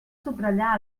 subratllar